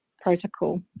protocol